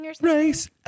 race